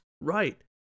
Right